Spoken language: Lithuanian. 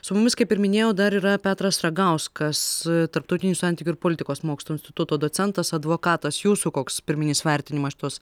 su mumis kaip ir minėjau dar yra petras ragauskas tarptautinių santykių ir politikos mokslų instituto docentas advokatas jūsų koks pirminis vertinimas šitos